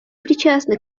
причастны